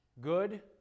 Good